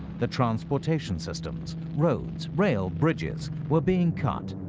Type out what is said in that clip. the transportation systems, roads, rails, bridges were being cut,